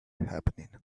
happening